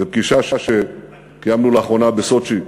בפגישה שקיימנו לאחרונה בסוצ'י.